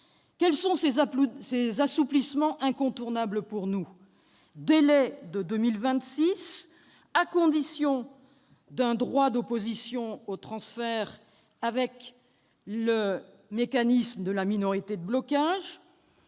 Quels sont ces assouplissements incontournables pour nous ? Délai repoussé à 2026, à condition que soit prévu un droit d'opposition au transfert avec le mécanisme de la minorité de blocage